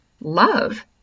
love